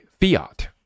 fiat